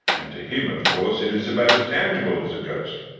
and to him of course it is about as tangible as a ghost.